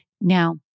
Now